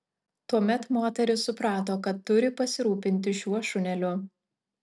tuomet moteris suprato kad turi pasirūpinti šiuo šuneliu